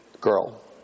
girl